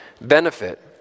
benefit